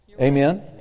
Amen